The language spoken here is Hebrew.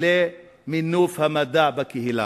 למינוף המדע בקהילה.